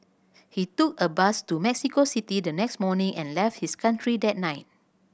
he took a bus to Mexico City the next morning and left his country that night